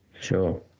Sure